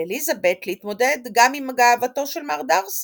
על אליזבת להתמודד גם עם גאוותו של מר דארסי,